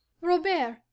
robert